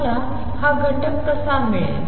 मला हा घटक कसा मिळेल